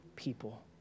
people